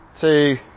two